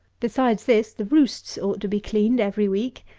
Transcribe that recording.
besides this, the roosts ought to be cleaned every week,